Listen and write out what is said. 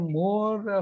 more